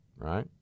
right